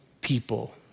people